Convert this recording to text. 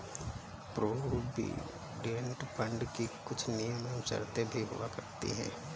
provident fund की कुछ नियम एवं शर्तें भी हुआ करती हैं